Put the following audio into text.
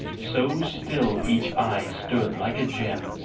so still each eye stood like a gem,